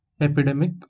epidemic